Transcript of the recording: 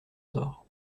sort